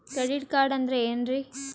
Credit card ಅಂದ್ರ ಏನ್ರೀ?